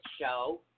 show